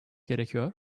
gerekiyor